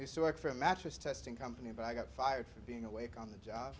used to work for a mattress testing company but i got fired for being awake on the job